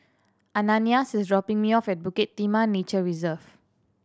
Ananias is dropping me off at Bukit Timah Nature Reserve